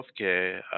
HealthCare